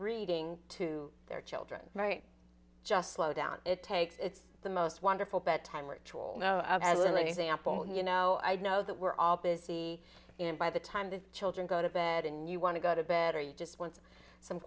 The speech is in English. reading to their children right just slow down it takes it's the most wonderful bedtime ritual as an example and you know i know that we're all busy and by the time the children go to bed and you want to go to bed or you just want some